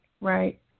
right